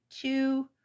two